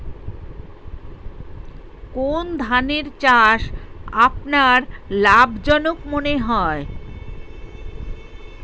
কোন ধানের চাষ আপনার লাভজনক মনে হয়?